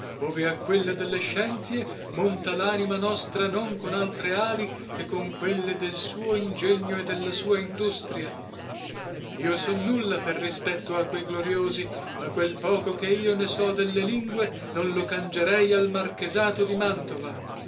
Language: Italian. ove a quella delle scienzie monta lanima nostra non con altre ali che con quelle del suo ingegno e della sua industria io so nulla per rispetto a que gloriosi ma quel poco che io ne so delle lingue non lo cangerei al marchesato di mantova